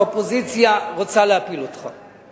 האופוזיציה רוצה להפיל אותך.